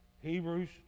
Hebrews